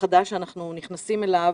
החדש שאנחנו נכנסים אליו